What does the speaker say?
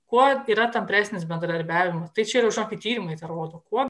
kuo yra tampresnis bendradarbiavimas tai čia ir žinokit tyrimai tą rodo kuo